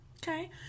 Okay